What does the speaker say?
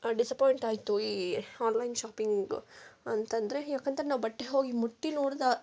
disappoint ಆಯ್ತು ಈ online shopping ಅಂತೆಂದ್ರೆ ಏಕೆಂದ್ರೆ ನಾವು ಬಟ್ಟೆ ಹೋಗಿ ನಾವು ಮುಟ್ಟಿ ನೋಡ್ದಾ